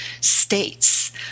states